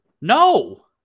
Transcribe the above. No